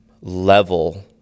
level